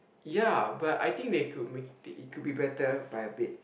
ya but I think they could make~ it could be better by a bit